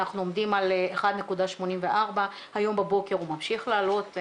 אנחנו עומדים על 1.84. היום בבוקר הוא ממשיך לעלות.